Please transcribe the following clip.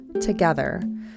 together